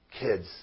kids